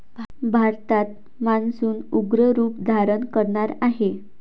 भारतात मान्सून उग्र रूप धारण करणार आहे